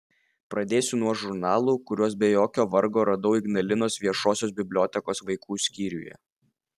pradėsiu nuo žurnalų kuriuos be jokio vargo radau ignalinos viešosios bibliotekos vaikų skyriuje